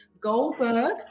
Goldberg